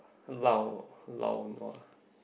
lao lao nua